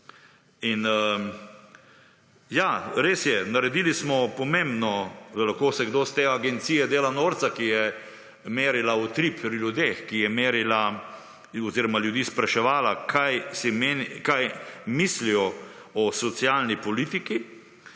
In ja, res je, naredili smo pomembno, lahko se kdo s te agencije dela norca, ki je merila utrip pri ljudeh, ki je merila oziroma ljudi spraševala kaj mislijo o socialni politiki